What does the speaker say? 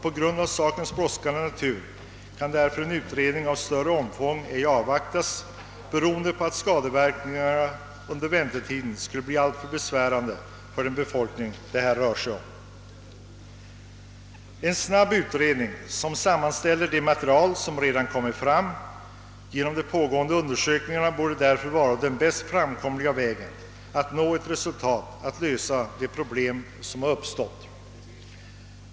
På grund av sakens brådskande natur kan en större utredning ej avvaktas, eftersom skadeverkningarna för befolkningen under väntetiden skulle bli alltför besvärande. En snabbutredning, som sammanställer det material som redan framkommit, borde därför vara den mest framkomliga vägen att nå ett resultat och att lösa de problem som uppstått.